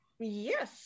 Yes